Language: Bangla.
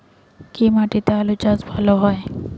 কি মাটিতে আলু চাষ ভালো হয়?